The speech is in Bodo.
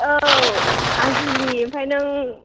औ आं जुलि ओमफाय नों